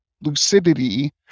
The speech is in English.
lucidity